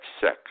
sex